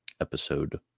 episode